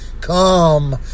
Come